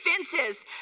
offenses